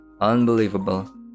Unbelievable